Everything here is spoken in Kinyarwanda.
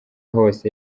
hose